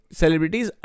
celebrities